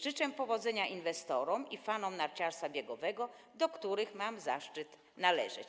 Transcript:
Życzę powodzenia inwestorom i fanom narciarstwa biegowego, do których mam zaszczyt należeć.